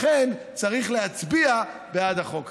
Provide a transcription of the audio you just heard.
לכן, צריך להצביע בעד החוק הזה.